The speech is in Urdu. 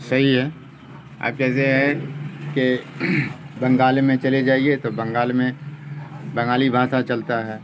صحیح ہے اب جیسے ہے کہ بنگال میں چلے جائیے تو بنگال میں بنگالی بھاشا چلتا ہے